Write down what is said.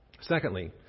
Secondly